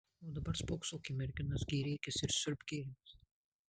o dabar spoksok į merginas gėrėkis ir siurbk gėrimus